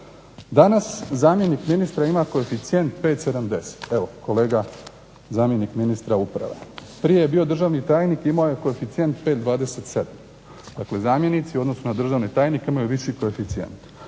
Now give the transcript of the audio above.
Danas zamjenik ministra ima koeficijent 5,70 – evo kolega zamjenik ministra uprave. Prije je bio državni tajnik i imao je koeficijent 5,27. Dakle zamjenici u odnosu na državne tajnike imaju viši koeficijent.